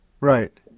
Right